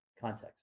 context